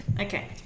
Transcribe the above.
Okay